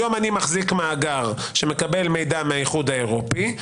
היום אני מחזיק מאגר שמקבל מידע מהאיחוד האירופי,